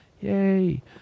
Yay